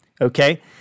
okay